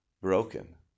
broken